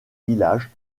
village